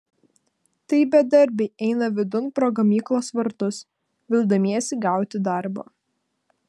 tai bedarbiai eina vidun pro gamyklos vartus vildamiesi gauti darbo